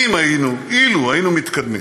אילו היינו מתקדמים,